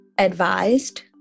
Advised